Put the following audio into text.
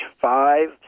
five